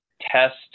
test